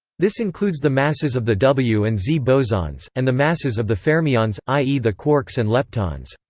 this includes the masses of the w and z bosons, and the masses of the fermions i e. the quarks and leptons.